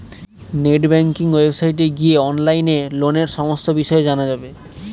net banking ওয়েবসাইটে গিয়ে অনলাইনে লোনের সমস্ত বিষয় জানা যাবে